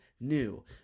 new